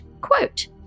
quote